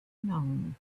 known